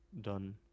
done